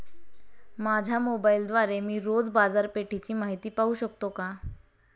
माझ्या मोबाइलद्वारे मी रोज बाजारपेठेची माहिती पाहू शकतो का?